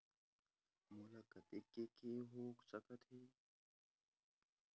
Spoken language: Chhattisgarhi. मोला कतेक के के हो सकत हे?